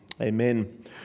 Amen